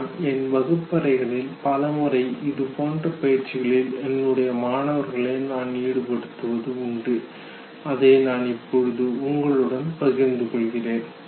நான் என் வகுப்பறைகளில் பல முறை இது போன்ற பயிற்சிகளில் என்னுடைய மாணவர்களை நான் ஈடுபடுத்துவது உண்டு அதை நான் இப்போது உங்களுடன் பகிர்ந்து கொள்கிறேன்